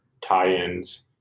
tie-ins